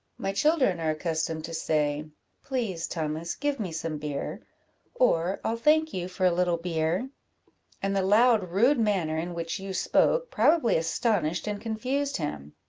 my children are accustomed to say please, thomas, give me some beer or, i'll thank you for a little beer and the loud rude manner in which you spoke, probably astonished and confused him.